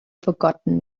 forgotten